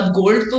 gold